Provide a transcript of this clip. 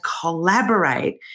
collaborate